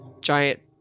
giant